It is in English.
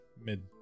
mid